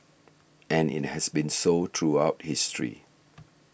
and it has been so throughout history